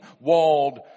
walled